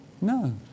No